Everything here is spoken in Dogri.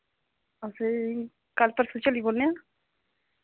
असें चली परसु चली पौन्ने आं